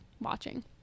watching